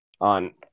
on